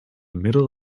middle